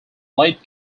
late